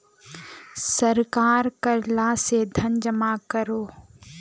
सरकार कर ला से धन जमा करोह